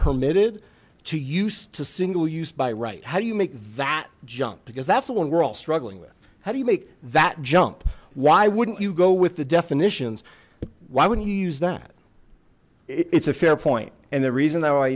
permitted to use to single use by right how do you make that jump because that's the one we're all struggling with how do you make that jump why wouldn't you go with the definitions why wouldn't you use that it's a fair point and the reason th